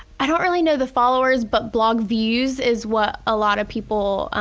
i don't really know the followers but blog views is what a lot of people,